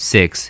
Six